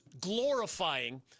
Glorifying